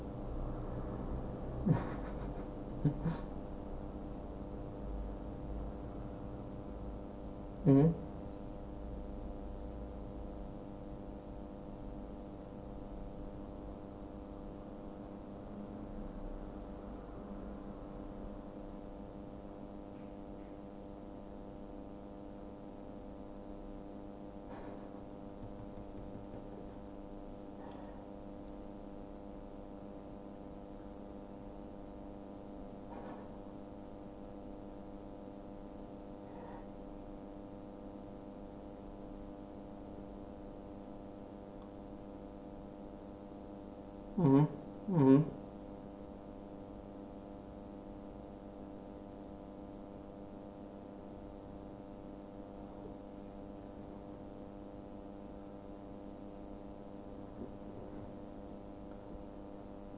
mmhmm